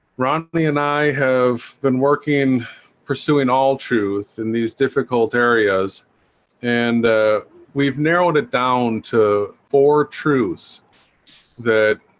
ronnie and i have been working pursuing all truth in these difficult areas and we've narrowed it down to four truths that